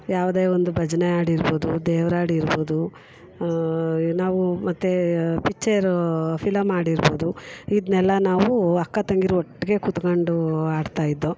ಯಾವುದೇ ಒಂದು ಭಜನೆ ಹಾಡು ಇರ್ಬೋದು ದೇವ್ರು ಹಾಡು ಇರ್ಬೋದು ನಾವು ಮತ್ತೆ ಪಿಚ್ಚರು ಫಿಲಮ್ ಹಾಡು ಇರ್ಬೋದು ಇದನ್ನೆಲ್ಲ ನಾವು ಅಕ್ಕ ತಂಗಿರ ಒಟ್ಟಿಗೆ ಕೂತ್ಕೊಂಡು ಆಡ್ತಾಯಿದ್ದೋ